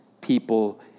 people